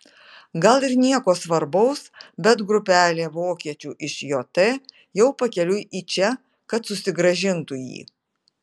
gal ir nieko svarbaus bet grupelė vokiečių iš jt jau pakeliui į čia kad susigrąžintų jį